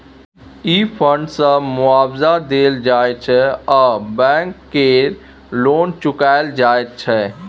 ई fund सँ मुआबजा देल जाइ छै आ बैंक केर लोन चुकाएल जाइत छै